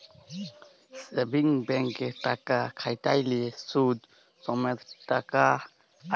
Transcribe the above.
savings ব্যাংকে টাকা খ্যাট্যাইলে সুদ সমেত টাকা আইসে